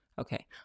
Okay